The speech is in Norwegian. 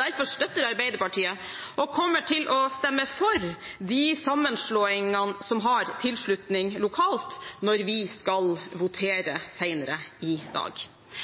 Derfor støtter Arbeiderpartiet og kommer til å stemme for de sammenslåingene som har tilslutning lokalt, når vi skal